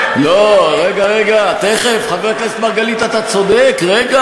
מה קרה לך,